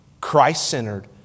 Christ-centered